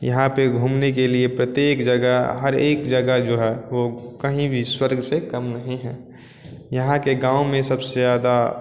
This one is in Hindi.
यहाँ पर घूमने के लिए प्रत्येक जगह हर एक जगह जो है वह कहीं भी स्वर्ग से कम नहीं है यहाँ के गाँव में सबसे ज़्यादा